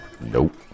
Nope